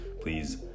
please